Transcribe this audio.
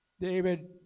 David